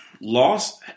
loss